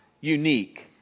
unique